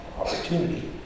Opportunity